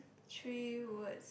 three words